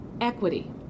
equity